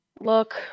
Look